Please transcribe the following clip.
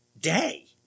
day